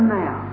now